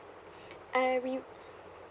uh re~